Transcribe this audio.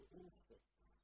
instincts